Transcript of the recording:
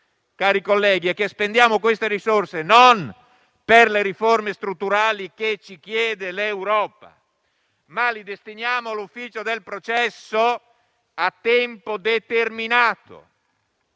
cari colleghi, è che spendiamo queste risorse non per le riforme strutturali che ci chiede l'Europa, ma per l'ufficio del processo a tempo determinato.